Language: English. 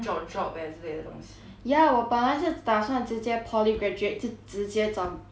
ya 我本来是打算直接 poly graduate 就直接找 job liao 可是现在 orh